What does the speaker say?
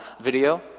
video